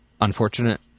unfortunate